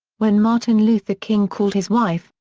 when martin luther king called his wife,